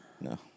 No